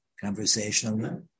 conversational